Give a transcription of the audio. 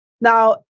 Now